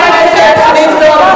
חברת הכנסת מירי רגב,